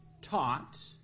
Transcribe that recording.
taught